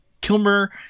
Kilmer